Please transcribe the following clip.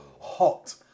Hot